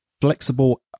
flexible